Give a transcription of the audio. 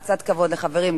קצת כבוד לחברים,